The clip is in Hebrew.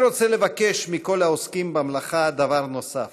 אני רוצה לבקש מכל העוסקים במלאכה דבר נוסף: